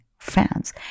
fans